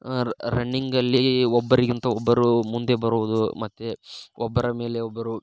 running ಅಲ್ಲೀ ಒಬ್ಬರಿಗಿಂತ ಒಬ್ಬರು ಮುಂದೆ ಬರುವುದು ಮತ್ತು ಒಬ್ಬರ ಮೇಲೆ ಒಬ್ಬರು